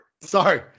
Sorry